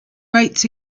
rates